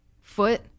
foot